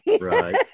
Right